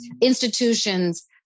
institutions